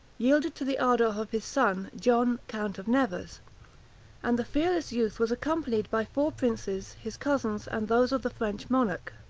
yielded to the ardor of his son, john count of nevers and the fearless youth was accompanied by four princes, his cousins, and those of the french monarch.